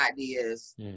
ideas